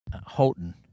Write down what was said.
houghton